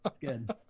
Good